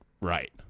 right